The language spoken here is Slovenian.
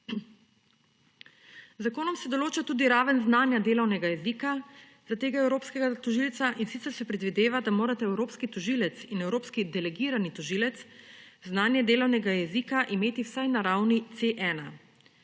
zakonom se določa tudi raven znanja delovnega jezika za tega evropskega tožilca, in sicer se predvideva, da morata evropski tožilec in evropski delegirani tožilec znanje delovnega jezika imeti vsaj na ravni C1.